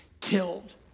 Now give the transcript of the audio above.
killed